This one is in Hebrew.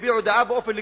הביעו דעה באופן לגיטימי,